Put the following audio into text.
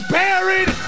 buried